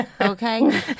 Okay